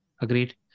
Agreed